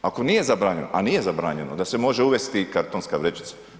Ako nije zabranjeno a nije zabranjeno onda se može uvesti i kartonska vrećica.